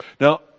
Now